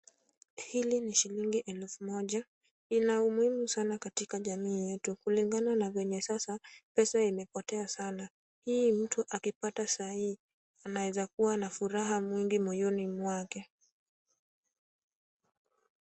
Hili ni shilingi elfu moja. Ina umuhimu sana katika jamii yetu kulingana na venye sasa pesa imepotea sana. Hii mtu akipata sai anaweza kuwa na furaha mwingi moyoni mwake.